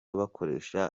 bakoresha